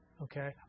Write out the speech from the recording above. Okay